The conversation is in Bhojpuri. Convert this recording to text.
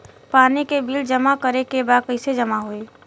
पानी के बिल जमा करे के बा कैसे जमा होई?